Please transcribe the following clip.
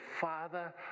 Father